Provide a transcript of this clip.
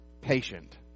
patient